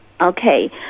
Okay